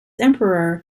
emperor